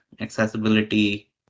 accessibility